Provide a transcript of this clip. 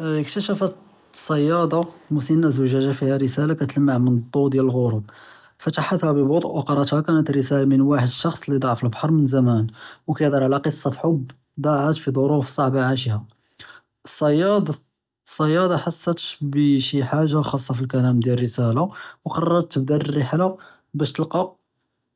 אקטשפת צאידה מסנה זג׳אג׳ה פיהא רסאלה כתלמע בלד׳וא’ מן אלגורוב פתחתה בבט׳ו וקראתה, כנת רסאלה מן ואחד איש. לי דיעת פאלבהר מן זמאן וקאיהדר עלא קיסה חוב דהרת פי ז׳ורוף סעבה, עשהא אלצאידה חסת ב שי חאג׳ה חסה פלכלאם דיאל אלרסאלה וקדרת תבדה אלריחלה באש תלכא